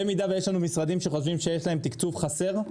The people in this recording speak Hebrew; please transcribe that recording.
במידה ויש לנו משרדים שחושבים שיש להם תקצוב חסר,